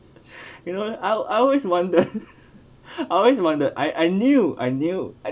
you know I I always wonder I always wonder I I knew I knew